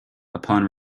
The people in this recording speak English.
upon